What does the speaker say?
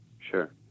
sure